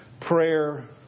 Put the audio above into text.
prayer